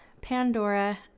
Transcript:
Pandora